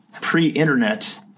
pre-internet